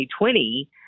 2020